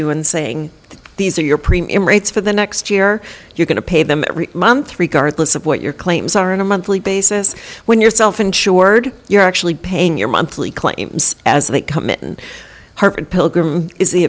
you and saying these are your premium rates for the next year you're going to pay them every month regardless of what your claims are in a monthly basis when you're self insured you're actually paying your monthly claims as they come in and